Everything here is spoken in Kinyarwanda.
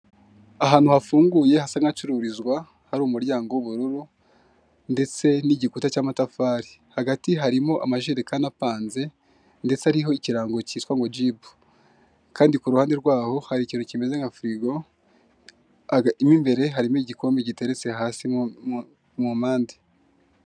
Ahantu hafunguye, hasa n'acururizwa, hari umuryango w'ubururu ndetse n'igikuta cy'amatafari. Hagati harimo amajerekani apanze, ndetse ariho ikirango cyitwa ngo jibu. Kandi kuruhande rwaho hari ikintu kimeze nka firigo, mo imbere harimo igikombe gitereretse hasi mu mpande.